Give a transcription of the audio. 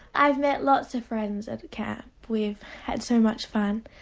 i've met lots of friends at the camp. we've had so much fun.